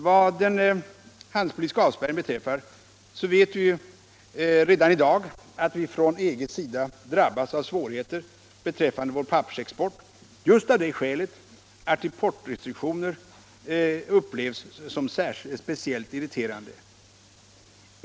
Vad den handelspolitiska avspärrningen beträffar vet vi ju redan i dag att vi från EG:s sida drabbats av svårigheter beträffande vår pappersexport just av det skälet att importrestriktioner upplevs som speciellt irriterande.